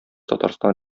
татарстан